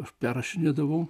aš perrašinėdavau